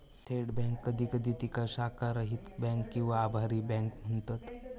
थेट बँक कधी कधी तिका शाखारहित बँक किंवा आभासी बँक म्हणतत